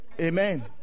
Amen